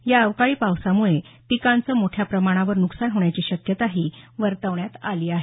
या अवकाळी पावसामुळे पिकांचे मोठ्या प्रमाणावर नुकसान होण्याची शक्यता वर्तवण्यात आली आहे